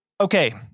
Okay